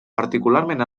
particularment